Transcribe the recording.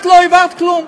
את לא העברת כלום.